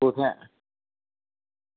तुसें